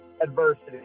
Adversity